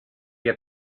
get